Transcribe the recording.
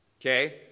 okay